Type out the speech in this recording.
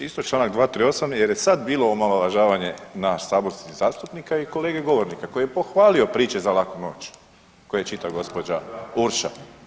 Isto čl. 238 jer je sad bilo omalovažavanje nas saborskih zastupnika i kolege govornika koji je pohvalio priče za laku noć koju je čitala gđa. Urša.